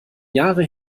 jahre